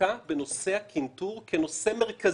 עסקה בנושא הקנטור כנושא מרכזי.